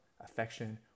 affection